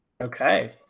Okay